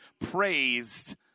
praised